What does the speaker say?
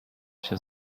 się